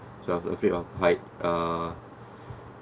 so I was afraid of height uh